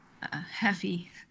heavy